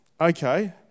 okay